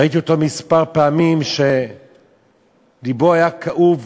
ראיתי אותו כמה פעמים שלבו היה כאוב